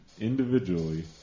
individually